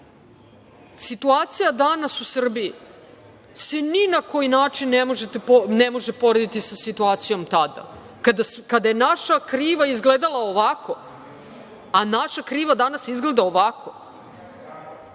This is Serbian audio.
strane. Situacija danas u Srbiji se ni na koji način ne može porediti sa situacijom tada kada je naša kriva izgledala ovako, a naša kriva danas izgleda ovako.